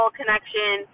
connection